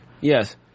Yes